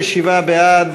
הגנה מפני עיקול ושעבוד